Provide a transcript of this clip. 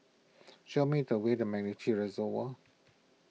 show me the way to MacRitchie Reservoir